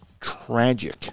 tragic